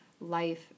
life